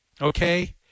Okay